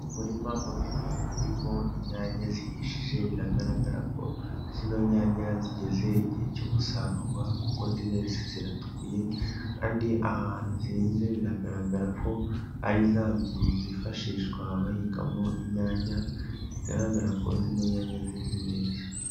Umurima munini urimo inyanya zihishije, biragaragara ko zino nyanya zigeze igihe cyo gusarurwa kuko zireze ziratukuye, kandi ahantu zihinze biragaragara ko ari za nzu zifashishwa bahingamo inyanya, bigaragara ko zino nyanya zeze neza.